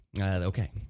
Okay